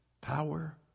Power